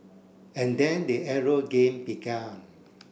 and then the arrow game began